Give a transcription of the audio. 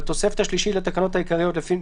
הבן שלי התחיל רק לפני